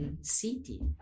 city